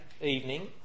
evening